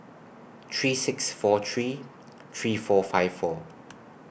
three six four three three four five four